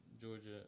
Georgia